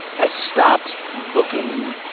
i stopped looking